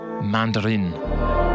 mandarin